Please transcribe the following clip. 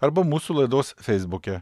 arba mūsų laidos feisbuke